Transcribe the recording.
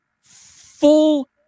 full